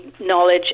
knowledge